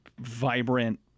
vibrant